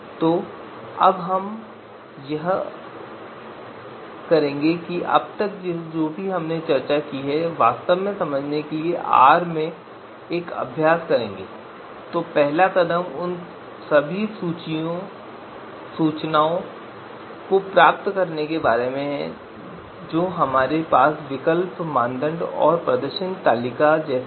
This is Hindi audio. तो अब हम यह करेंगे कि अब तक हमने जो भी चर्चा की है उसे वास्तव में समझने के लिए हम R में एक अभ्यास करेंगे तो पहला कदम उन सभी सूचनाओं को प्राप्त करने के बारे में है जो हमारे पास विकल्प मानदंड और प्रदर्शन तालिका जैसी हैं